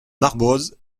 marboz